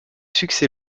succès